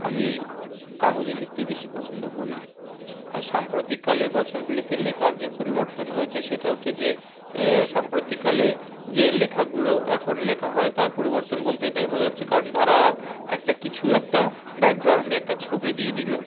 আমি কাগজে লিখতেই বেশি পছন্দ করি হ্যাঁ সাম্প্রতিককালে বছরগুলিতে লেখার যে পরিবর্তন হয়েছে সেটা হচ্ছে যে সাম্প্রতিককালে যে লেখাগুলো এখন লেখা হয় তার পরিবর্তন বলতে এটাই বোঝাচ্ছে কারণ তারা একটা কিছু একটা ব্যাকগ্রাউণ্ডে একটা ছবি দিয়ে দিল